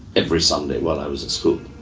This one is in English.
every sunday while i was at school.